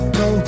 go